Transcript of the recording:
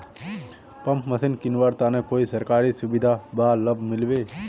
Pump machine किनवार तने कोई सरकारी सुविधा बा लव मिल्बी?